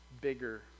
bigger